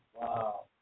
wow